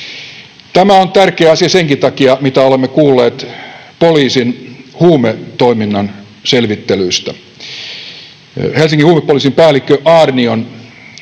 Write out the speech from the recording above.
Tämä on tärkeä asia senkin takia, mitä olemme kuulleet poliisin huumetoiminnan selvittelyistä. Helsingin huumepoliisin päällikkö Aarnion